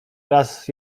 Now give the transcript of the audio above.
raz